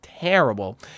terrible